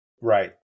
right